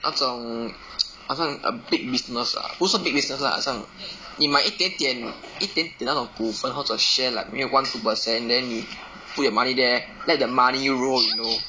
那种好像 a big business ah 不是 big business lah 好像你买一点点一点点那种股份或者 share like maybe a one two percent then 你 put your money there let the money roll you know